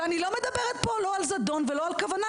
אני לא מדברת פה לא על זדון ולא על כוונה,